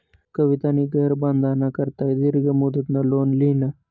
कवितानी घर बांधाना करता दीर्घ मुदतनं लोन ल्हिनं